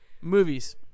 Movies